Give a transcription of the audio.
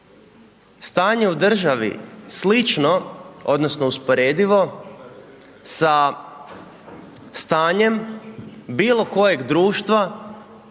stanje u državi, slično odnosno, usporedivo sa stanjem bilo kojeg društva